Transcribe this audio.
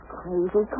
crazy